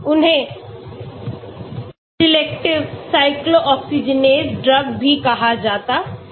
उन्हें selective cyclooxygenase drugs भी कहा जाता है